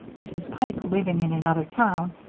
mrs. pike living in another town,